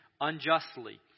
unjustly